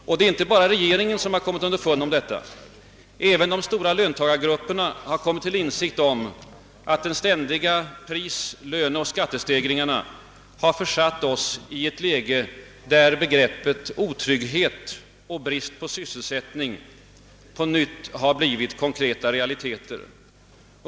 Och det är inte bara regeringen som kommit underfund om detta. även de stora löntagargrupperna har kommit till insikt om att de ständiga pris-, lörieoch skattestegringarna har försatt oss i en situation där begreppen otrygghet och brist på sysselsättning på nytt har blivit konkreta realiteter.